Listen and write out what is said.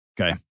Okay